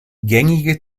gängige